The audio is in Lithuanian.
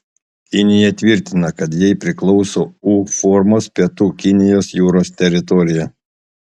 kinija tvirtina kad jai priklauso u formos pietų kinijos jūros teritorija